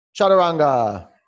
chaturanga